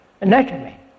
anatomy